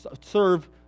serve